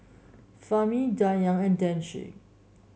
Fahmi Dayang and Danish